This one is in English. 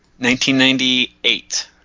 1998